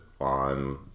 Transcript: on